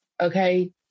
okay